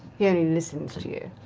he only listens to you.